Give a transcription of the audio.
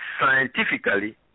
scientifically